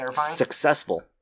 successful